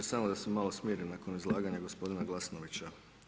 Smo da se malo smirim nakon izlaganja gospodina Glasnovića.